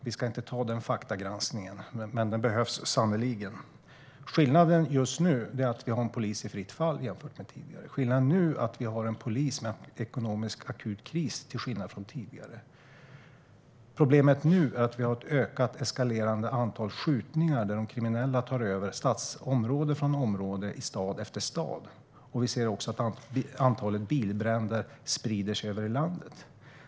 Vi ska inte ta den faktagranskningen, men den behövs sannerligen. Skillnaden är att vi jämfört med tidigare nu har en polis i fritt fall. Skillnaden är att vi jämfört med tidigare nu har en polis med en akut ekonomisk kris. Problemet nu är att vi har ett eskalerande antal skjutningar, där de kriminella tar över område efter område i stad efter stad. Vi ser också att bilbränderna sprider sig över landet.